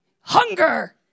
hunger